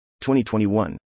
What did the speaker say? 2021